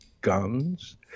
guns